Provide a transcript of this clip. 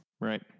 Right